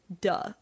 Duh